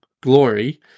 glory